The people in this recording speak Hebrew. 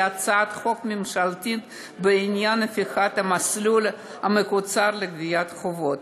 היא הצעת חוק ממשלתית בעניין הפיכת המסלול המקוצר לגביית חובות,